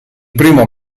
primo